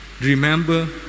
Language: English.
remember